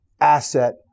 asset